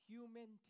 Human